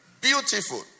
Beautiful